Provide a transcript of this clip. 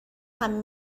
همه